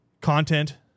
content